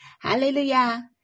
Hallelujah